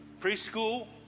Preschool